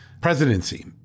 presidency